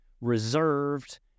reserved